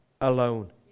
alone